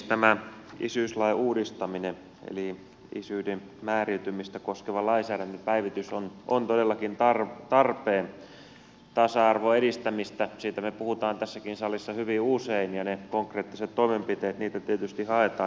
tämä isyyslain uudistaminen eli isyyden määräytymistä koskevan lainsäädännön päivitys on todellakin tarpeen tasa arvon edistämistä siitä me puhumme tässäkin salissa hyvin usein ja ne konkreettiset toimenpiteet niitä tietysti haetaan